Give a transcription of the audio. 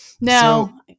no